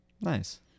Nice